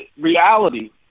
reality